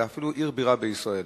אלא אפילו עיר בירה בישראל.